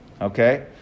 Okay